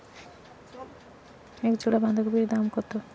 এক জোড়া বাঁধাকপির দাম কত?